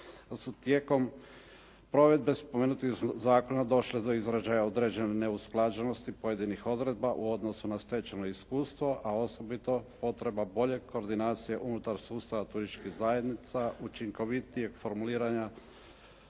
su tijekom provedbe spomenutih zakona došle do izražaja određene neusklađenosti pojedinih odredaba u odnosu na stečeno iskustvo a osobito potreba bolje koordinacije unutar sustava turističkih zajednica, učinkovitijih formuliranja